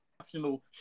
Optional